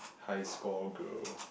high score girl